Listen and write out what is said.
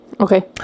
Okay